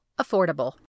affordable